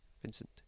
Vincent